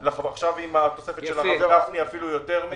עכשיו עם התוספת של הרב גפני זה אפילו יותר.